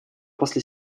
после